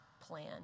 plan